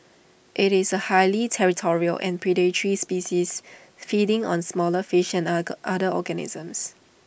IT is A highly territorial and predatory species feeding on smaller fish and other organisms